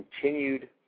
continued